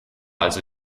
also